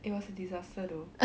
it was a disaster though